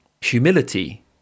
humility